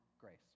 grace